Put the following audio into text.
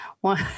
one